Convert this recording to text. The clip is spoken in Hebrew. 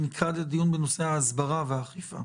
ממוקד בנושא ההסברה והאכיפה.